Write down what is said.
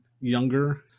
younger